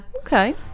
Okay